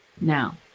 Now